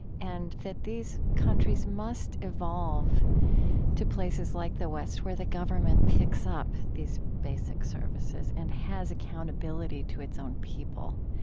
and that these countries must evolve to places like the west where the government picks up these basic services and has accountability to its own people.